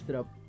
up